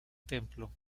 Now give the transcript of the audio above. templo